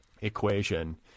equation